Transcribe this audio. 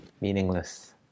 meaningless